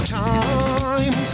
time